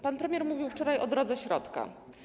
Pan premier mówił wczoraj o drodze środka.